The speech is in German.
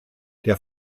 der